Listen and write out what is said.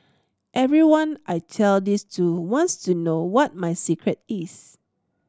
everyone I tell this to wants to know what my secret is